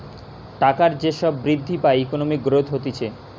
টাকার যে সব বৃদ্ধি বা ইকোনমিক গ্রোথ হতিছে